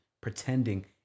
pretending